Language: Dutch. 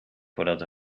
voordat